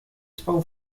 spał